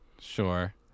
Sure